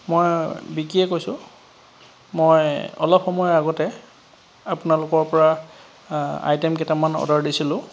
মই বিকিয়ে কৈছোঁ মই অলপ সময় আগতে আপোনালোকৰ পৰা আইটেম কেইটামান অৰ্ডাৰ দিছিলোঁ